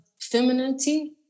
femininity